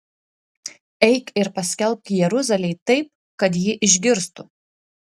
eik ir paskelbk jeruzalei taip kad ji išgirstų